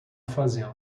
fazendo